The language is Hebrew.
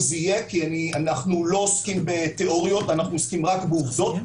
זה יהיה כי אנחנו לא עוסקים בתיאוריות אלא רק בעובדות.